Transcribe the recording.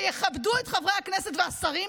שיכבדו את חברי הכנסת והשרים,